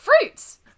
fruits